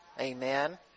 Amen